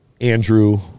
Andrew